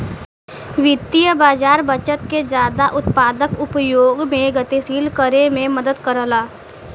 वित्तीय बाज़ार बचत के जादा उत्पादक उपयोग में गतिशील करे में मदद करला